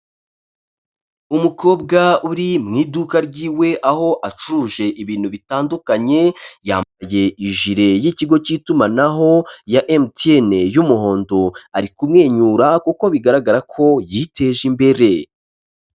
Umukobwa uri mu iduka ryiwe, aho acuruje ibintu bitandukanye, yambaye ijire y'ikigo cy'itumanaho ya MTN y'umuhondo, ari kumwenyura kuko bigaragara ko yiteje imbere.